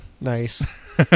nice